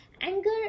Anger